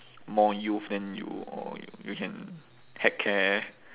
more youth then you orh you you can heck care